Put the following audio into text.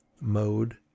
mode